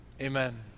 Amen